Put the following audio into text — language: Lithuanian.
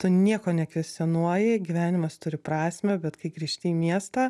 tu nieko nekvestionuoji gyvenimas turi prasmę bet kai grįžti į miestą